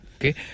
Okay